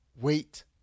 wait